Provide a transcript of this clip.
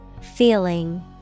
Feeling